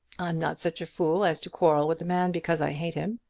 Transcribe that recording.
i'm not such a fool as to quarrel with a man because i hate him.